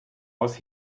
aus